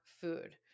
food